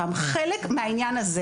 חלק מהעניין הזה